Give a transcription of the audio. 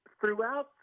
throughout